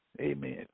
Amen